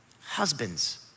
Husbands